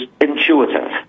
intuitive